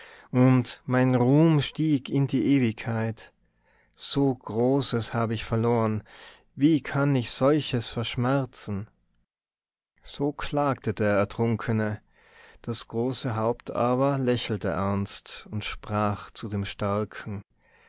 und mein ruhm stieg in die ewigkeit so großes habe ich verloren wie kann ich solches verschmerzen so klagte der ertrunkene das große haupt aber lächelte ernst und sprach zu dem starken